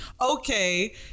okay